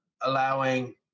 allowing